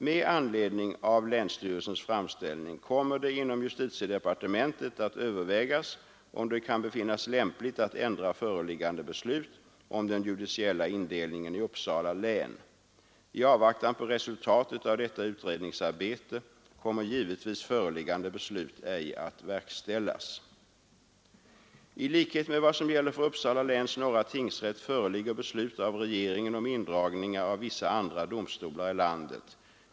Med anledning av länsstyrelsens framställning kommer det inom justitiedepartementet att övervägas om det kan befinnas lämpligt att ändra föreliggande beslut om den judiciella indelningen i Uppsala län. I avvaktan på resultatet av detta utredningsarbete kommer givetvis föreliggande beslut ej att verkställas. I likhet med vad som gäller för Uppsala läns norra tingsrätt föreligger beslut av regeringen om indragningar av vissa andra domstolar i landet.